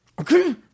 okay